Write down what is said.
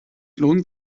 lohnt